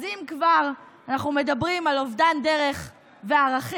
אז אם כבר אנחנו מדברים על אובדן דרך וערכים,